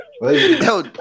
No